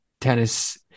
tennis